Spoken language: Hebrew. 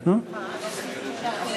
מהעניין?